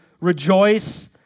rejoice